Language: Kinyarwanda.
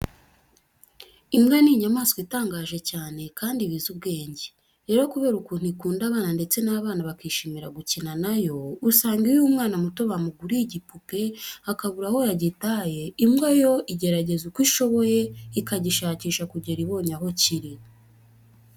Imbwa ni inyamaswa itangaje cyane kandi iba izi ubwenge. Rero kubera ukuntu ikunda abana ndetse na bo bakishimira gukina na yo, usanga iyo umwana muto bamuguriye igipupe akabura aho yagitaye, imbwa yo igerageza uko ishoboye ikagishaka kugera ibonye aho kiri.